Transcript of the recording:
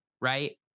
right